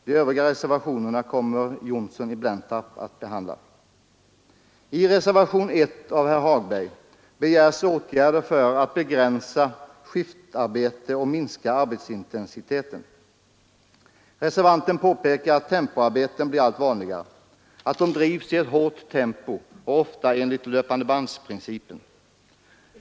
De övriga reservationerna kommer herr Johnsson i Blentarp att behandla. skiftarbete och minska arbetsintensiteten. Reservanten påpekar att tempoarbeten blir allt vanligare, att de drivs i hård takt och ofta enligt löpandebandprincipen.